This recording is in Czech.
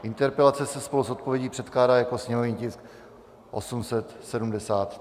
Interpelace se spolu s odpovědí předkládá jako sněmovní tisk 873.